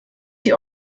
die